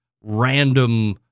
random